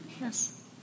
yes